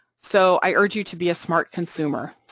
so i urge you to be a smart consumer.